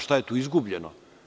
Šta je tu izgubljeno?